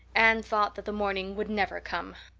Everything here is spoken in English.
anne thought that the morning would never come.